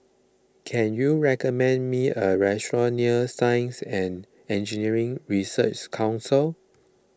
can you recommend me a restaurant near Science and Engineering Research Council